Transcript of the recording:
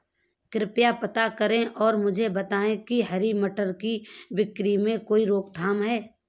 कृपया पता करें और मुझे बताएं कि क्या हरी मटर की बिक्री में कोई रोकथाम है?